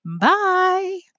Bye